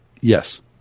Yes